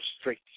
straight